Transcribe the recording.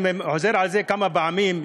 אני חוזר על זה כמה פעמים,